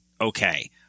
okay